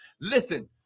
Listen